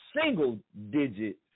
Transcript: single-digit